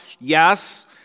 Yes